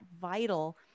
vital